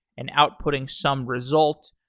and outputting some result.